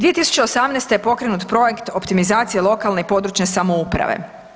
2018. je pokrenut projekt optimizacije lokalne i područne samouprave.